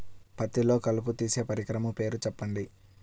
పత్తిలో కలుపు తీసే పరికరము పేరు చెప్పండి